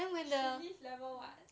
she live level what